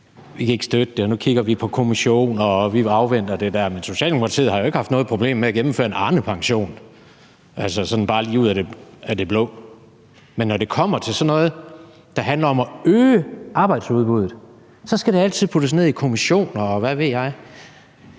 Vi kan ikke støtte det, og nu kigger vi på kommissioner, og vi afventer det der. Men Socialdemokratiet har jo ikke haft noget problem med at gennemføre en Arnepension – altså, sådan bare lige ud af det blå. Men når det kommer til sådan noget, der handler om at øge arbejdsudbuddet, skal det altid puttes ned i kommissioner, og hvad ved jeg,